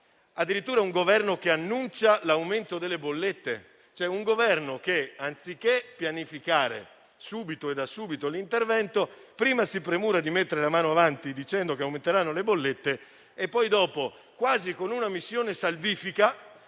Addirittura vi è un Governo che annuncia l'aumento delle bollette e che, anziché pianificare da subito un intervento, prima si premura di mettere la mano avanti dicendo che aumenteranno le bollette e dopo, quasi con una missione salvifica,